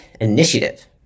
initiative